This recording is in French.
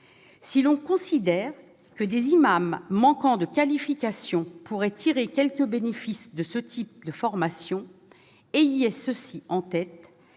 Si vous considérez que des imams manquant de qualification pourraient tirer quelque bénéfice de ce type de formation, ayez ceci en tête